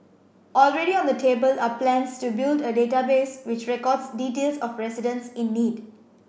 already on the table are plans to build a database which records details of residents in need